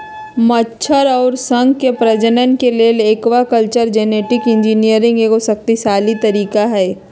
मछर अउर शंख के प्रजनन के लेल एक्वाकल्चर जेनेटिक इंजीनियरिंग एगो शक्तिशाली तरीका हई